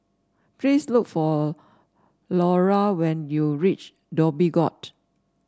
please look for Lara when you reach Dhoby Ghaut